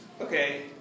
Okay